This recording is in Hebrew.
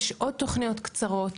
יש עוד תוכניות קצרות,